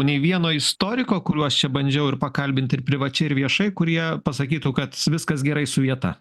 nei vieno istoriko kuriuos čia bandžiau ir pakalbint ir privačiai ir viešai kurie pasakytų kad viskas gerai su vieta